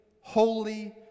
holy